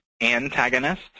antagonist